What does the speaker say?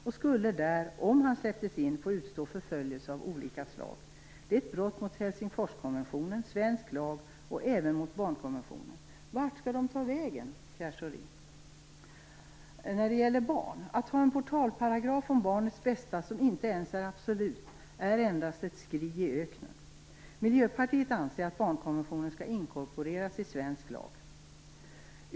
Han skulle där, om han släpptes in, få utstå förföljelse av olika slag. Det är ett brott mot Helsingforskonventionen, mot svensk lag och även mot barnkonventionen. Vart skall de ta vägen, Pierre Schori? Jag kommer nu att tala om barnen. Att ha en portalparagraf om barnets bästa som inte ens är absolut är endast ett skri i öknen. Miljöpartiet anser att barnkonventionen skall inkorporeras i svensk lag.